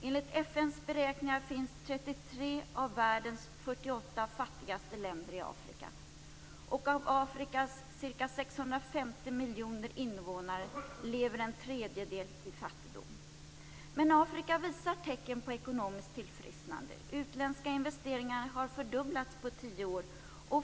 Enligt FN:s beräkningar finns 33 av världens 48 fattigaste länder i Afrika. Av Afrikas ca 650 miljoner invånare lever en tredjedel i fattigdom. Men Afrika visar tecken på ekonomiskt tillfrisknande. De utländska investeringarna har fördubblats på tio år.